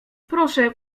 proszę